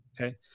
okay